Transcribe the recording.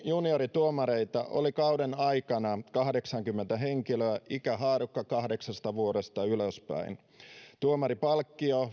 juniorituomareita oli kauden aikana kahdeksankymmentä henkilöä ikähaarukka kahdeksasta vuodesta ylöspäin tuomaripalkkio